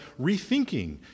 rethinking